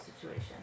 situation